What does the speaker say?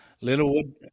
Littlewood